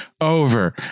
over